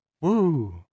Woo